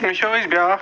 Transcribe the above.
ووٚنۍ وُچھو أسۍ بیٛاکھ